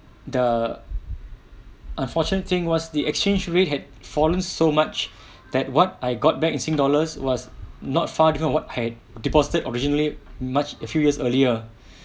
the unfortunate thing was the exchange rate had fallen so much that what I got back in sing dollars was not far different what I deposited originally much few years earlier